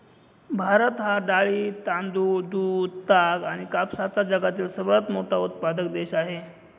भारत हा डाळी, तांदूळ, दूध, ताग आणि कापसाचा जगातील सर्वात मोठा उत्पादक देश आहे